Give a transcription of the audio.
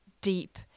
deep